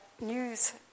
news